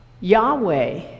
Yahweh